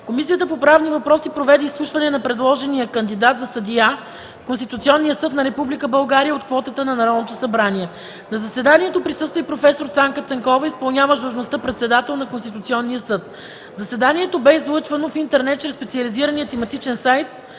Комисията по правни въпроси проведе изслушване на предложения кандидат за съдия в Конституционния съд на Република България от квотата на Народното събрание. На заседанието присъства и проф. Цанка Цанкова – и.д. председател на Конституционния съд. Заседанието бе излъчвано в интернет чрез специализирания тематичен сайт